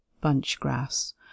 bunch-grass